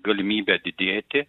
galimybę didėti